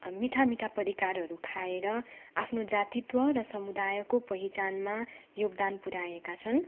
मिठा मिठा परिकारहरू खाएर आफ्नो जातित्व र समुदायको पहिचानमा योगदान पुर्याएका छन्